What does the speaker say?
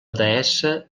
deessa